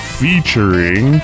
featuring